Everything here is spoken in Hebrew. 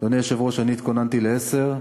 אדוני היושב-ראש, אני התכוננתי לעשר,